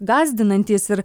gąsdinantys ir